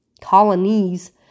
colonies